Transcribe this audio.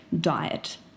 diet